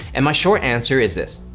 and my short answer is this,